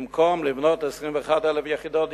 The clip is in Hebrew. במקום לבנות 21,000 יחידות דיור,